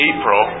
April